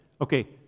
okay